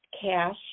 cash